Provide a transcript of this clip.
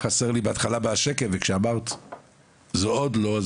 היה חסר לי בהתחלה בשקף וכשאמרת זה עוד לא,